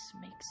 makes